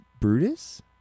Brutus